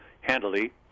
handily